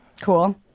Cool